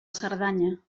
cerdanya